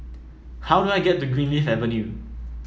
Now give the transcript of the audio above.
how do I get to Greenleaf Avenue